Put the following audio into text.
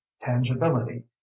tangibility